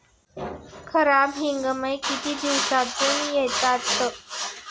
खरीप हंगाम किती दिवसातून येतात?